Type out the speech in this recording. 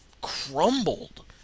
crumbled